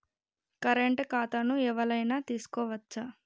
Current ఖాతాను ఎవలైనా తీసుకోవచ్చా?